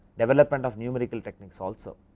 development of numerical techniques also,